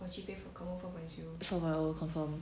four point zero confirm